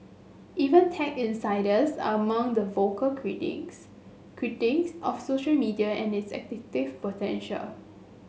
even tech insiders are among the vocal critics critics of social media and its addictive potential